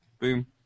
Boom